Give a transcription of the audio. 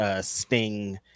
Sting